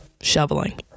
shoveling